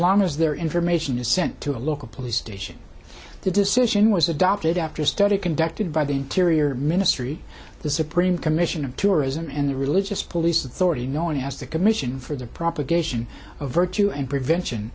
long as their information is sent to a local police station the decision was adopted after a study conducted by the interior ministry the supreme commission of tourism and the religious police authority known as the commission for the propagation of virtue and prevention